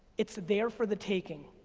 it's there for the taking.